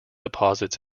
deposits